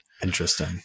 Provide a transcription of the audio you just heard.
Interesting